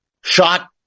shot